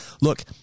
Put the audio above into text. Look